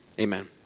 amen